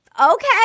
Okay